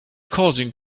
causing